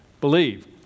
believe